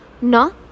no